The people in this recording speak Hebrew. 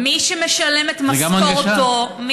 מי שמשלם את משכורתו, זה גם הנגשה?